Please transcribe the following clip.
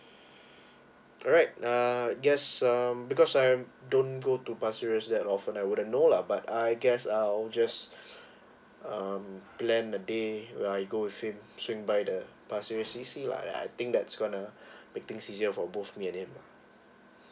alright uh yes um because I am don't go to pasir ris that often I wouldn't know lah but I guess I'll just um plan a day where I go with him swing by the pasir ris see see lah that I think that's gonna to make things easier for both me and him